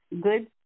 good